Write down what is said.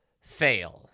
fail